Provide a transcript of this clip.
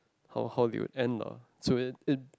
how how they will end lah so it it